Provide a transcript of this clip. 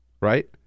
right